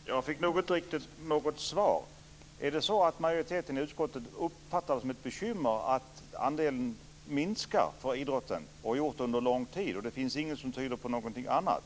Fru talman! Jag fick inte riktigt något svar. Är det så att majoriteten i utskottet uppfattar det som ett bekymmer att andelen minskar för idrotten och har gjort det under en lång tid och att det inte finns någonting som tyder på någonting annat?